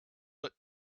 but